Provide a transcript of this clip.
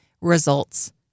results